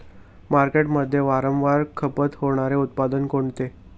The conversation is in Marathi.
मार्केटमध्ये वारंवार खपत होणारे उत्पादन कोणते?